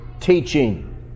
teaching